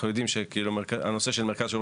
אנחנו יודעים שכאילו נושא מרכז שירות